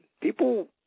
People